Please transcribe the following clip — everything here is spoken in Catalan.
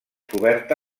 coberta